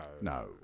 No